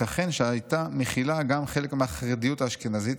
ייתכן שהייתה מכילה גם חלק מהחרדיות האשכנזית,